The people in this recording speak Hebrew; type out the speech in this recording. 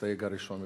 המסתייג הראשון.